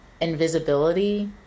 invisibility